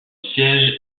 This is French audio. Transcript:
siège